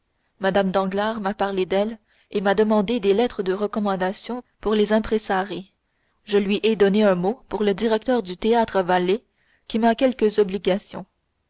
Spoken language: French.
mme danglars m'a parlé d'elle et m'a demandé des lettres de recommandation pour les impresarii je lui ai donné un mot pour le directeur du théâtre valle qui m'a quelques obligations